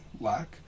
lack